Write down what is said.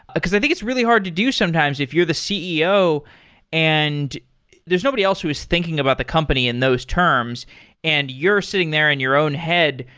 because i think it's really hard to do sometimes if you're the ceo and there's nobody else who is thinking about the company in those terms and you're sitting there in your own head.